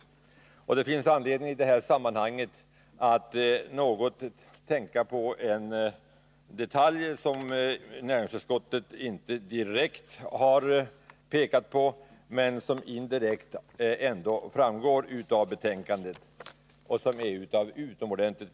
Det finns anledning att i det här sammanhanget något tänka på en detalj som näringsutskottet inte direkt har pekat på men som indirekt ändå framgår av betänkandet och som är av vital betydelse.